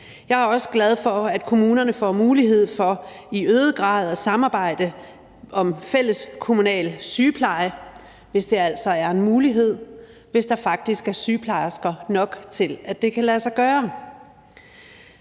Jeg er også glad for, at kommunerne får mulighed for i øget grad at samarbejde om fælles kommunal sygepleje, hvis det altså er en mulighed – hvis der faktisk er sygeplejersker nok til, at det kan lade sig gøre.